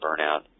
burnout